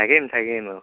থাকিম থাকিম অঁ